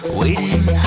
Waiting